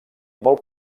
molt